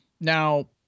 Now